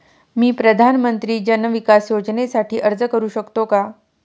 मी प्रधानमंत्री जन विकास योजनेसाठी अर्ज करू शकतो का?